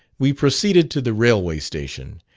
we proceeded to the railway station,